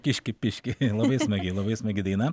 kiški piški labai smagi labai smagi daina